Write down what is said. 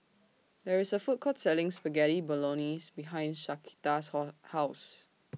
There IS A Food Court Selling Spaghetti Bolognese behind Shaquita's How House